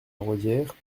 raudière